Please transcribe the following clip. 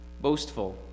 boastful